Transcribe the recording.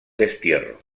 destierro